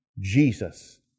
Jesus